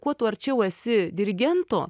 kuo tu arčiau esi dirigento